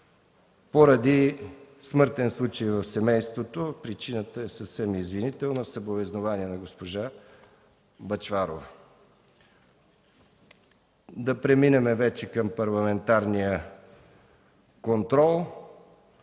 поради смъртен случай в семейството. Причината е извинителна. Съболезнования на госпожа Бъчварова. Преминаваме към Парламентарния контрол.